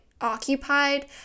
occupied